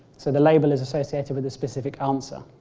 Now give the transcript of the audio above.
so the label is associated with the specific answer.